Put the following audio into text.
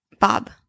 Bob